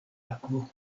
akvo